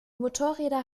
motorräder